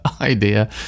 idea